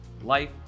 life